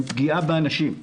הם פגיעה באנשים.